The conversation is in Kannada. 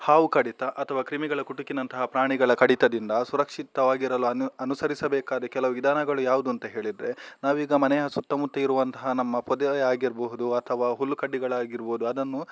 ಹಾವು ಕಡಿತ ಅಥವಾ ಕ್ರಿಮಿಗಳ ಕುಟುಕಿನಂತಹ ಪ್ರಾಣಿಗಳ ಕಡಿತದಿಂದ ಸುರಕ್ಷಿತವಾಗಿರಲು ಅನುಸರಿಸಬೇಕಾದ ಕೆಲವು ವಿಧಾನಗಳು ಯಾವುದು ಅಂತ ಹೇಳಿದರೆ ನಾವೀಗ ನಮ್ಮ ಮನೆಯ ಸುತ್ತ ಮುತ್ತ ಇರುವಂತಹ ನಮ್ಮ ಪೊದೆಯೇ ಆಗಿರಬಹುದು ಅಥವಾ ಹುಲ್ಲುಕಡ್ಡಿಗಳಾಗಿರ್ಬೋದು ಅದನ್ನು